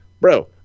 Bro